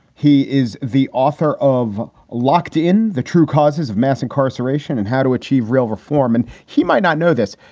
he is the author of locked in the true causes of mass incarceration and how to achieve real reform. and he might not know this,